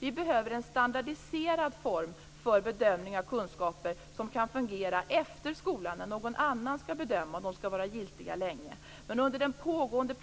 Vi behöver en standardiserad form för bedömning av kunskaper, som kan fungera efter skolan, när någon annan skall bedöma, något som är giltigt länge. Men under den pågående